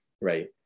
right